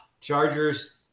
Chargers